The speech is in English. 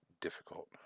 difficult